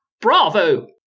Bravo